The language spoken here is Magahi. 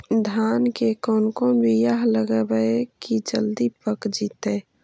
धान के कोन बियाह लगइबै की जल्दी पक जितै?